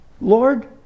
Lord